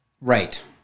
right